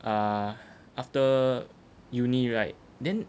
uh after uni right then